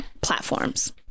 platforms